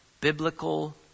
biblical